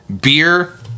Beer